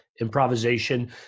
improvisation